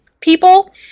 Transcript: people